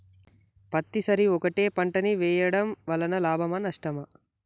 పత్తి సరి ఒకటే పంట ని వేయడం వలన లాభమా నష్టమా?